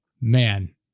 man